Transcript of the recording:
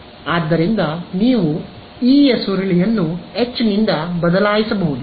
ಆದ್ದರಿಂದ ನೀವು E ಯ ಸುರುಳಿಯನ್ನು H ನಿಂದ ಬದಲಾಯಿಸಬಹುದು